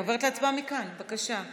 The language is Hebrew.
אני עוברת להצבעה מכאן, בבקשה.